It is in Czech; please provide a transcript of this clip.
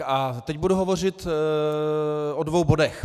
A teď budu hovořit o dvou bodech.